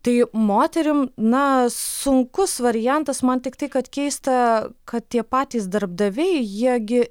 tai moterim na sunkus variantas man tiktai kad keista kad tie patys darbdaviai jie gi